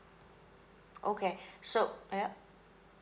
okay so yup